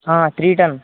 three ton